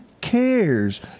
cares